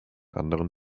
anderen